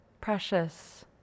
precious